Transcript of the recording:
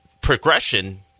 progression